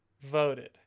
voted